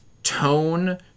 tone